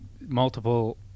multiple